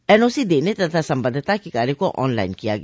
NOC देने तथा संबंद्वता के कार्य को ऑनलाइन किया गया